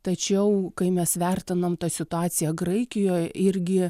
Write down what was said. tačiau kai mes vertinam tą situaciją graikijoj irgi